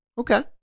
Okay